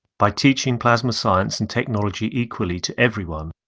by teaching plasma science and technology equally to everyone,